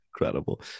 incredible